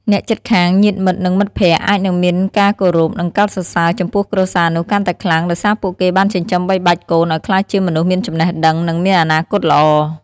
អ្នកជិតខាង ញាតិមិត្ត និងមិត្តភក្តិ អាចនឹងមានការគោរព និងកោតសរសើរចំពោះគ្រួសារនោះកាន់តែខ្លាំងដោយសារពួកគេបានចិញ្ចឹមបីបាច់កូនឱ្យក្លាយជាមនុស្សមានចំណេះដឹង និងមានអនាគតល្អ។